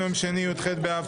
נעבור להצבעה.